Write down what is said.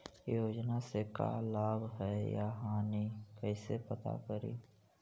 योजना से का लाभ है या हानि कैसे पता करी?